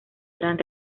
eran